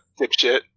dipshit